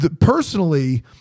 Personally